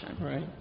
Right